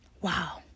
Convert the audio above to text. Wow